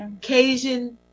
Cajun